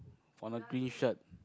on a green shirt